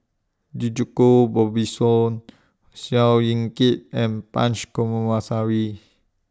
Djoko Wibiso Seow Yit Kin and Punch Coomaraswamy